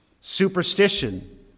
superstition